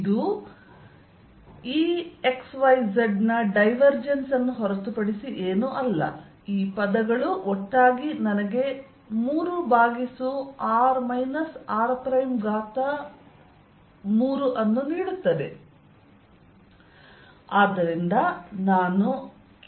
ಇದು Ex y z ನ divergence ಅನ್ನು ಹೊರತುಪಡಿಸಿ ಏನೂ ಅಲ್ಲ ಈ ಪದಗಳು ಒಟ್ಟಾಗಿ ನನಗೆ 3 ಓವರ್ r r3 ಅನ್ನು ನೀಡುತ್ತದೆ